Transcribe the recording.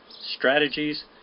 strategies